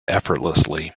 effortlessly